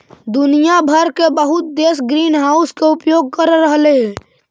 दुनिया भर के बहुत देश ग्रीनहाउस के उपयोग कर रहलई हे